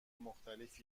مختلف